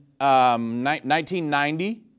1990